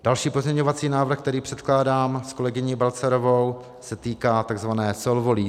Další pozměňovací návrh, který předkládám s kolegyní Balcarovou, se týká takzvané solvolýzy.